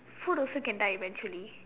food also can die eventually